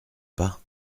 pas